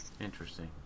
Interesting